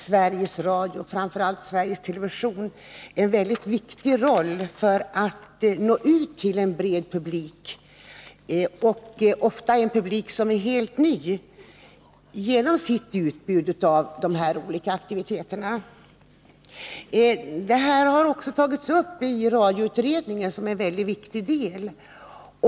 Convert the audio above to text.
Sveriges Radio och framför allt Sveriges Television spelar en väldigt viktig roll när det gäller att nå ut till en bred — och ofta helt ny — publik genom sitt utbud av olika aktiviteter. Detta har också tagits upp i radioutredningen som en mycket viktig del av radions och televisionens verksamhet.